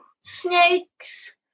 snakes